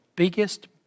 biggest